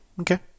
okay